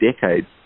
decades